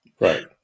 Right